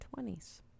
20s